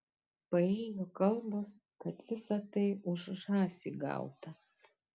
paėjo kalbos kad visa tai už žąsį gauta